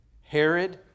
Herod